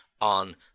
on